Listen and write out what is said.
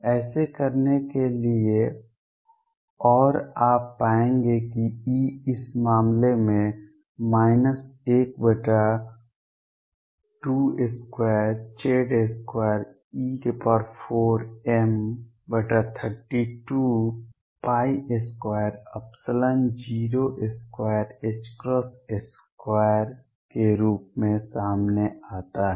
ऐसा करने के लिए और आप पाएंगे कि E इस मामले में 122Z2e4m322022 के रूप में सामने आता है